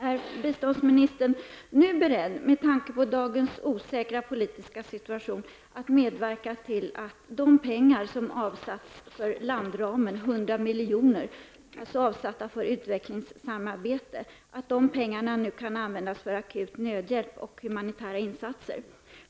Är biståndsministern, med tanke på dagens osäkra politiska situation, nu beredd att medverka till att de 100 miljoner som har avsatts inom landramen för utvecklingssamarbete kan användas för akut nödhjälp och humanitära insatser?